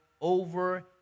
over